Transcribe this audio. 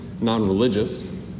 non-religious